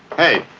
hey,